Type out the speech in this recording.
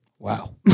Wow